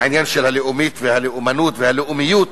העניין של הלאומית והלאומנות והלאומיות,